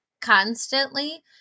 constantly